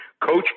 Coach